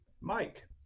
Mike